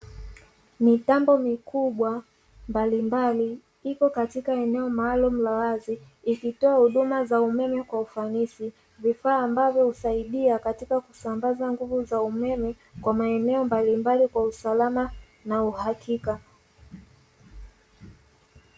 Mitambo mikubwa mbalimbali ipo katika eneo maalumu la wazi ikitoa huduma za umeme kwa ufanisi, vifaa ambavyo husaidia katika kusambaza nguvu za umeme kwa maeneo mbalimbali kwa usalama na uhakika.